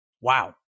Wow